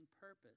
purpose